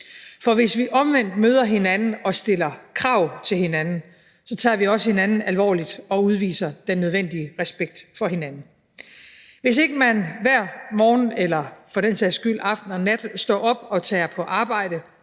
For hvis vi omvendt møder hinanden og stiller krav til hinanden, så tager vi også hinanden alvorligt og udviser den nødvendige respekt for hinanden. Hvis ikke man hver morgen, eller for den sags skyld hver aften og nat, står op og tager på arbejde